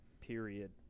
period